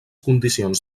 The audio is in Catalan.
condicions